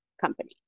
Company